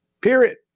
Period